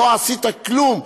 לא עשית כלום.